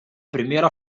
primeira